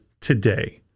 today